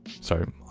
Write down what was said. Sorry